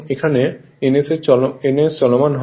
এখানে ns এর চলমান হয়